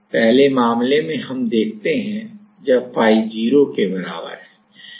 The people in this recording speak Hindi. पहले मामले में देखते हैं जब phi 0 के बराबर है